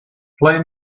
play